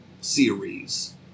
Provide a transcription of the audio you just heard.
series